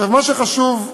מה שחשוב,